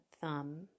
thumb